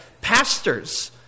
pastors